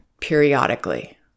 periodically